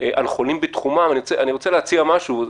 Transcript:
על חולים בתחומן אני רוצה להציע משהו.